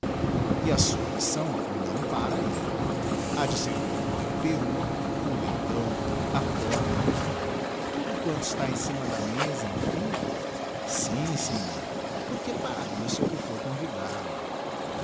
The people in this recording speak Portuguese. e a sua missão não pára ahi ha de servir também o peru o leitão a torta tudo quanto está em cima da mesa emfim sim senhor porque para isso é que foi convidado